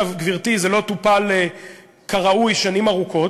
גברתי, זה לא טופל כראוי שנים ארוכות.